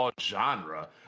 genre